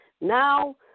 Now